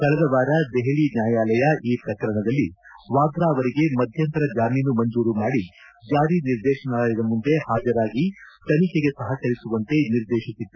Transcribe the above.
ಕಳೆದ ವಾರ ದೆಹಲಿ ನ್ಡಾಯಾಲಯ ಈ ಪ್ರಕರಣದಲ್ಲಿ ವಾದ್ರಾ ಅವರಿಗೆ ಮಧ್ಯಂತರ ಜಾಮೀನು ಮಂಜೂರು ಮಾಡಿ ಜಾರಿ ನಿರ್ದೇಶನಾಲಯದ ಮುಂದೆ ಹಾಜರಾಗಿ ತನಿಖೆಗೆ ಸಹಕರಿಸುವಂತೆ ನಿರ್ದೇಶಿಸಿತ್ತು